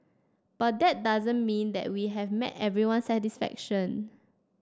but that doesn't mean that we have met everyone's satisfaction